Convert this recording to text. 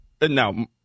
now